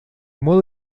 modo